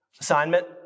assignment